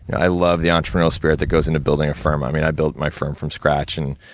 i love the entrepreneurial spirit that goes into building a firm. i mean, i built my firm from scratch. and,